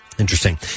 Interesting